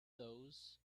those